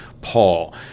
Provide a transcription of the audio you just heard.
Paul